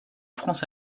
france